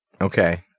Okay